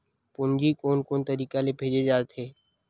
पूंजी कोन कोन तरीका ले भेजे जाथे?